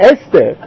Esther